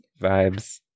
vibes